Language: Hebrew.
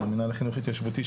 ממינהל החינוך ההתיישבותי,